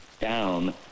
down